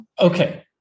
Okay